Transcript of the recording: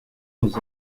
aux